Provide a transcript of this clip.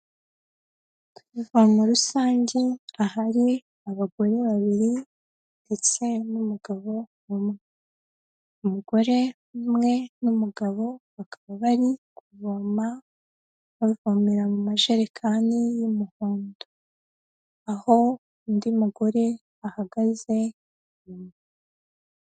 Ivomo rusange ahari abagore babiri ndetse n'umugabo umwe, umugore umwe n'umugabo bakaba bari kuvoma bavomera mu majerekani y'umuhondo, aho undi mugore ahagaze inyuma.